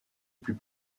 plus